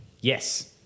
Yes